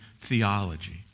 theology